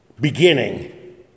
beginning